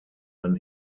ein